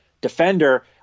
defender